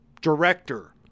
director